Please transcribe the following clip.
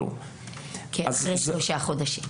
אחרי שלושה חודשים.